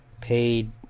paid